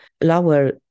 lower